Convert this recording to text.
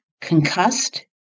concussed